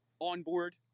onboard